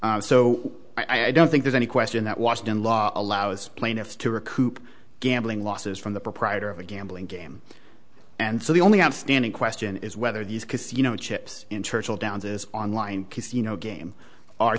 so i don't think there's any question that washington law allows plaintiffs to recoup gambling losses from the proprietor of a gambling game and so the only outstanding question is whether these casino chips in churchill downs is online casino game are